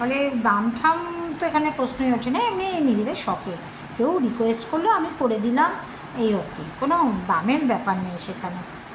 ফলে দামঠাম তো এখানে প্রশ্নই ওঠে না এমনি নিজেদের শখে কেউ রিকোয়েস্ট করলো আমি করে দিলাম এই অবধি কোনো দামের ব্যাপার নেই সেখানে